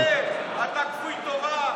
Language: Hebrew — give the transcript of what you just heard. אתה דוחה, אתה כפוי טובה.